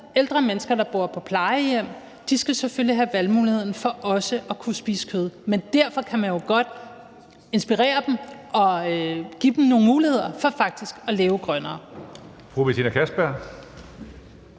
ældre mennesker, der bor på plejehjem, selvfølgelig skal have valgmuligheden til også at kunne spise kød, men derfor kan man jo godt inspirere dem og give dem nogle muligheder for faktisk at leve grønnere.